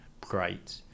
great